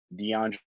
DeAndre